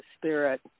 Spirit